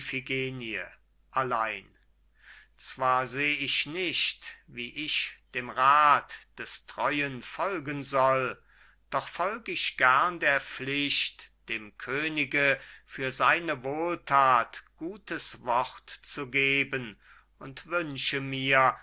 allein zwar seh ich nicht wie ich dem rath des treuen folgen soll doch folg ich gern der pflicht dem könige für seine wohlthat gutes wort zu geben und wünsche mir